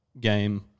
game